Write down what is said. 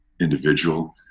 individual